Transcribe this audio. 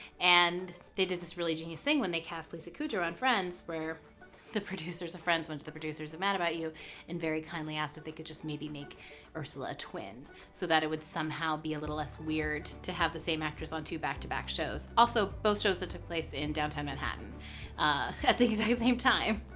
and they did this really genius thing when they cast lisa kudrow on friends where the producers of friends went to the producers of mad about you and very kindly asked if they could just maybe make ursula twin so that it would somehow be a little less weird to have the same actress on two back-to-back shows, also both shows that took place in downtown manhattan at the exact same time.